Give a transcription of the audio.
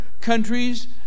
countries